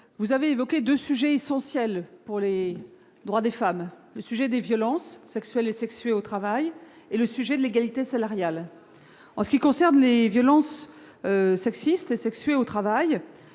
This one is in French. vous avez évoqué deux sujets essentiels en matière de droits des femmes : les violences sexuelles et sexuées au travail et l'égalité salariale. En ce qui concerne les violences sexistes et sexuées au travail,